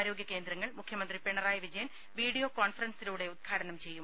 ആരോഗ്യ കേന്ദ്രങ്ങൾ നാളെ മുഖ്യമന്ത്രി പിണറായി വിജയൻ വീഡിയോ കോൺഫറൻസിലൂടെ ഉദ്ഘാടനം ചെയ്യും